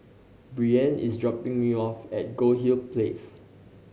Breann is dropping me off at Goldhill Place